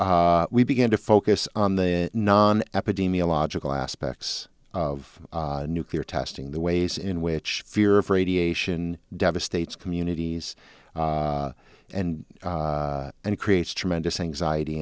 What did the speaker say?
to we began to focus on the non epidemiological aspects of nuclear testing the ways in which fear of radiation devastates communities and it creates tremendous anxiety